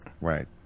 Right